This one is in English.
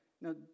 Now